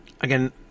Again